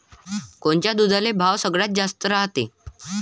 कोनच्या दुधाले भाव सगळ्यात जास्त रायते?